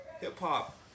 hip-hop